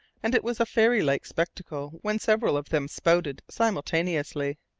and it was a fairy-like spectacle when several of them spouted simultaneously.